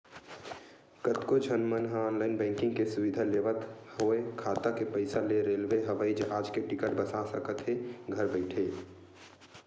कतको झन मन ह ऑनलाईन बैंकिंग के सुबिधा लेवत होय खाता के पइसा ले रेलवे, हवई जहाज के टिकट बिसा सकत हे घर बइठे